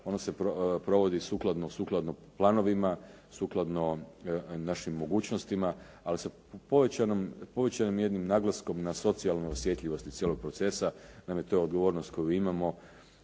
ono se provodi sukladno planovima, sukladno našim mogućnostima, ali sa povećanim jednim naglaskom na socijalnu osjetljivost cijelog procesa. Naime, to je odgovornost koju imamo.